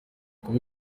kuba